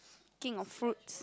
king of fruits